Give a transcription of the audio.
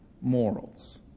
morals